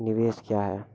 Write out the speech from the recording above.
निवेश क्या है?